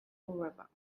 forever